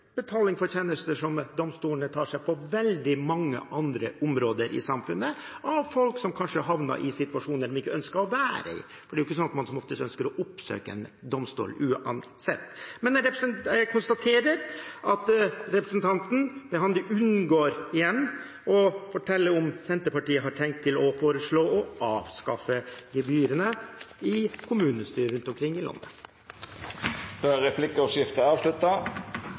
betaling for en tjeneste som ytes helt konkret, som representanten er klar over. Domstolene tar seg betalt for tjenester på veldig mange andre områder i samfunnet, av folk som kanskje har havnet i situasjoner de ikke ønsker å være i, for man ønsker som oftest ikke å oppsøke en domstol, uansett. Jeg konstaterer at representanten unngår – igjen – å fortelle om Senterpartiet har tenkt å foreslå å avskaffe de gebyrene i kommunestyrene rundt omkring i landet. Replikkordskiftet er